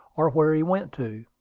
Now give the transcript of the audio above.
or where he went to.